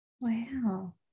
Wow